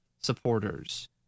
supporters